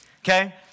okay